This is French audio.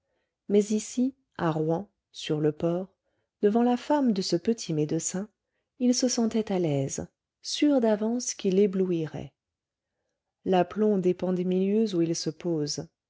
mais ici à rouen sur le port devant la femme de ce petit médecin il se sentait à l'aise sûr d'avance qu'il éblouirait l'aplomb dépend des milieux où il se pose